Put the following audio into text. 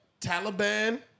Taliban-